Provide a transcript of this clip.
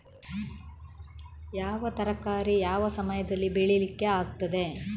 ಯಾವ ತರಕಾರಿ ಯಾವ ಸಮಯದಲ್ಲಿ ಬೆಳಿಲಿಕ್ಕೆ ಆಗ್ತದೆ?